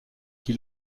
qui